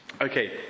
Okay